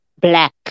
Black